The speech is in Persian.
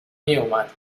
میومد